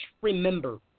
remember